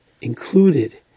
included